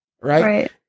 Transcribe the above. right